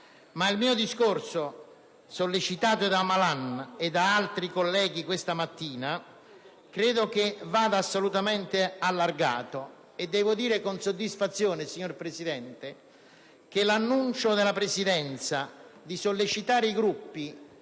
Ma il mio discorso, sollecitato da Malan e da altri colleghi questa mattina, credo vada assolutamente allargato. Ho ascoltato con soddisfazione, signor Presidente, l'annuncio della Presidenza di voler sollecitare i Gruppi